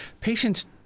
patients